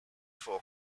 for